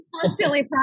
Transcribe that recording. constantly